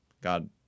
God